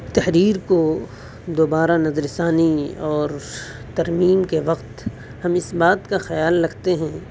تحریر کو دوبارہ نظر ثانی اور ترمیم کے وقت ہم اس بات کا خیال رکھتے ہیں